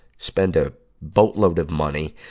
spend a boatload of money,